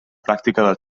pràctica